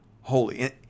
holy